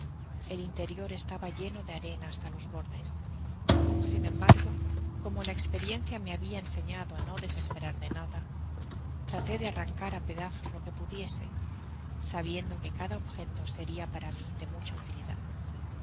el interior estaba lleno de arena basta los bordes sin embargo como la esperiencia me habia enseñado á no desesperar de nada traté de arrancar á pedazos lo que pudiese sabiendo que cada objeto seria para mi de mucha utilidad